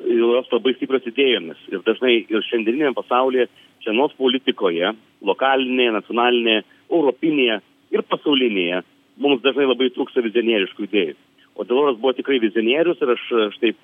jos labai stiprios idėjomis ir dažnai jos šiandieniniam pasaulyje čianos politikoje lokalinėj nacionalinėje europinėje ir pasaulinėje mums dažnai labai trūksta vizionieriškų idėjų o deloras buvo tikrai vizionierius ir aš aš taip